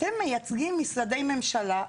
אתם מייצגים משרדי ממשלה,